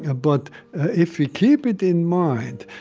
ah but if we keep it in mind,